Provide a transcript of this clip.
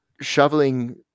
shoveling